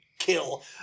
kill